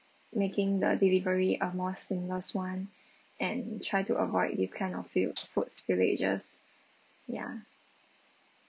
making the delivery a more seamless one and try to avoid this kind of failed food spillages ya